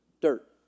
dirt